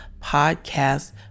Podcast